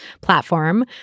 platform